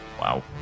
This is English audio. Wow